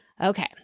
Okay